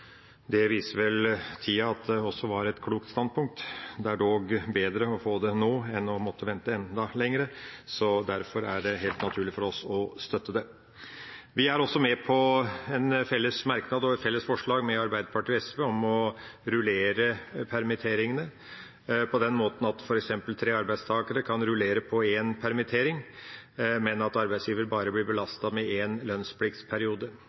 det viser seg vel nå at det var et klokt standpunkt. Det er dog bedre å få det nå enn å måtte vente enda lenger, så derfor er det helt naturlig for oss å støtte det. Vi er også med på en felles merknad og et felles forslag med Arbeiderpartiet og SV om å rullere permitteringene, på den måten at f.eks. tre arbeidstakere kan rullere på én permittering, men at arbeidsgiver bare blir belastet med én lønnspliktperiode.